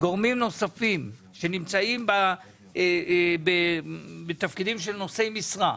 גורמים נוספים שנמצאים בתפקידים של נושאי משרה,